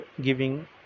giving